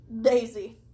Daisy